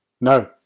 No